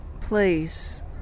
place